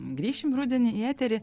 grįšim rudenį į eterį